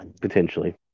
Potentially